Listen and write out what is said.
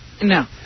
No